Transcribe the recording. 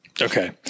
Okay